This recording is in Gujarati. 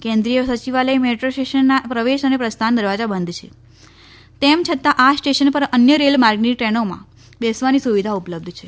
કેન્રીમુટ સચિવાલય મેટ્રો સ્ટેશનના પ્રવેશ અને પ્રસ્થાન દરવાજા બંધ છે તેમ છતાં આ સ્ટેશન પર અન્ય રેલ માર્ગની ટ્રેનોમાં બેસવાની સુવિધા ઉપલબ્ધ છે